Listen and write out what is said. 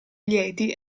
lieti